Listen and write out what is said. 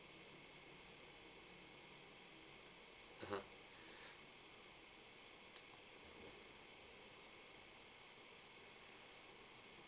(uh huh)